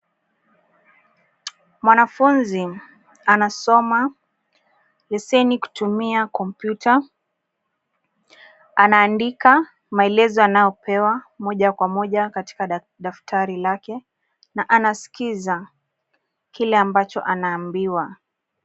Mwanafunzi anasoma leseni kutumia kompyuta. Anaandika maelezo anayopewa moja kwa moja katika daftari lake na anaskiza kile ambacho anaambiwa.